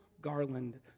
garland